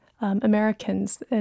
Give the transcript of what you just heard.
Americans